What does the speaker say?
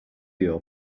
your